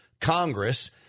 Congress